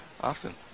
often